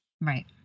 Right